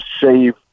save